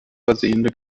versehene